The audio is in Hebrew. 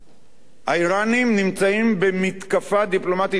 האירנים נמצאים במתקפה דיפלומטית מול כל העולם,